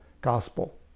gospel